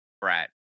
brat